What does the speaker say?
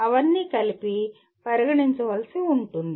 అవన్నీ కలిపి పరిగణించవలసి ఉంటుంది